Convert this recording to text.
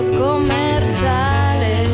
commerciale